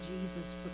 Jesus